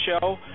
show